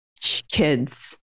kids